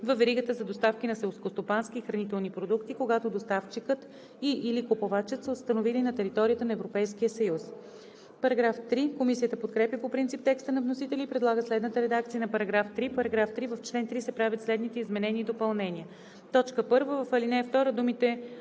във веригата за доставки на селскостопански и хранителни продукти, когато доставчикът и/или купувачът са установени на територията на Европейския съюз.“ Комисията подкрепя по принцип текста на вносителя и предлага следната редакция на § 3: „§ 3. В чл. 3 се правят следните изменения и допълнения: 1. В ал. 2 думите